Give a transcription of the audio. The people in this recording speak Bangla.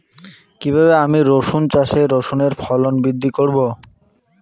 কীভাবে আমি রসুন চাষে রসুনের ফলন বৃদ্ধি করব?